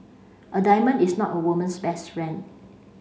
a diamond is not a woman's best friend